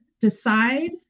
decide